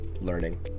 learning